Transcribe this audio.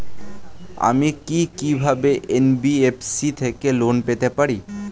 আমি কি কিভাবে এন.বি.এফ.সি থেকে লোন পেতে পারি?